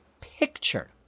picture